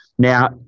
Now